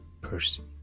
person